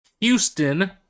Houston